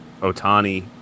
Otani